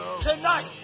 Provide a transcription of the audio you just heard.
tonight